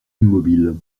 immobile